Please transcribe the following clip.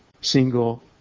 single